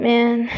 Man